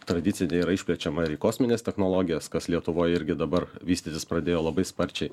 tradicinė yra išplečiama ir į kosmines technologijas kas lietuvoj irgi dabar vystytis pradėjo labai sparčiai